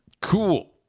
cool